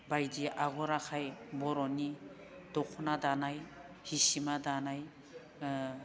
बायदि आगर आखाइ बर'नि दखना दानाय बे हिसिमा दानाय